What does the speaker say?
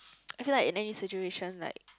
I feel like in any situation like